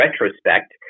retrospect